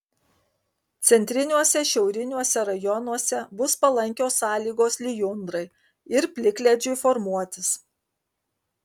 centriniuose šiauriniuose rajonuose bus palankios sąlygos lijundrai ir plikledžiui formuotis